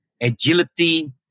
agility